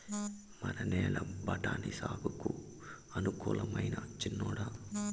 మన నేల బఠాని సాగుకు అనుకూలమైనా చిన్నోడా